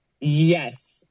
Yes